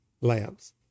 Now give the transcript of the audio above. lamps